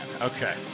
Okay